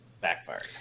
backfired